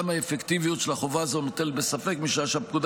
גם האפקטיביות של החובה הזו מוטלת בספק משעה שהפקודה